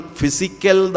physical